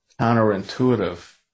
counterintuitive